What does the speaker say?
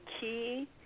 key